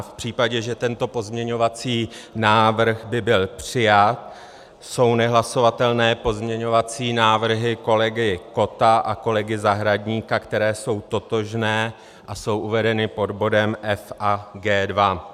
V případě, že tento pozměňovací návrh by byl přijat, jsou nehlasovatelné pozměňovací návrhy kolegy Kotta a kolegy Zahradníka, které jsou totožné a jsou uvedeny pod bodem F a G2.